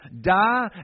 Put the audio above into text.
die